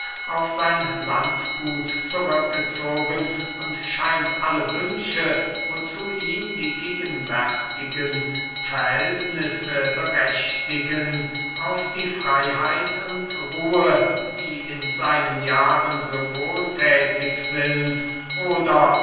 auf sein landgut zurückgezogen und scheint alle wünsche wozu ihn die gegenwärtigen verhältnisse berechtigen auf die freyheit und ruhe die in seinen jahren so wohlthätig sind oder